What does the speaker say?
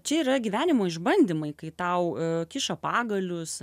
čia yra gyvenimo išbandymai kai tau kiša pagalius